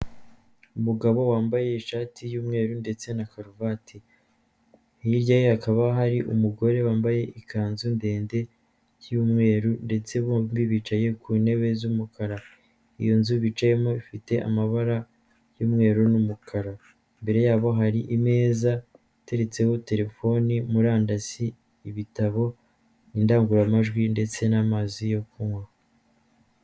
Umugabo wambaye ishati y'umweru ndetse na karuvati. Hirya ye hakaba hari umugore wambaye ikanzu ndende y'umweru ndetse bombi bicaye ku ntebe z'umukara. Iyo nzu bicayemo ifite amabara y'umweru n'umukara. Imbere yabo hari imeza iteretseho telefoni, murandasi, ibitabo, indangururamajwi ndetse n'amazi yo kunywa.